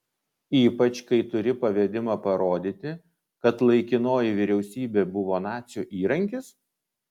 ypač kai turi pavedimą parodyti kad laikinoji vyriausybė buvo nacių įrankis